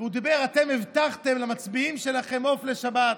והוא אמר: אתם הבטחתם למצביעים שלכם עוף לשבת.